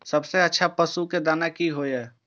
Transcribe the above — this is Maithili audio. सबसे अच्छा पशु के दाना की हय?